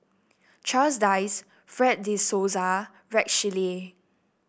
Charles Dyce Fred De Souza Rex Shelley